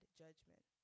judgment